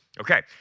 Okay